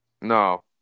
No